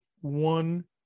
one